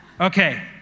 Okay